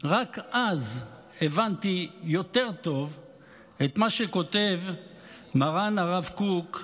רק אז הבנתי יותר טוב את מה שכותב מרן הרב קוק,